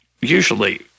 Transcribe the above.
usually